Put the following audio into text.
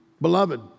Beloved